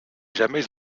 jamais